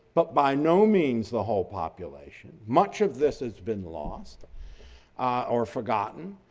but by no means the whole population. much of this has been lost or forgotten.